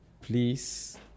please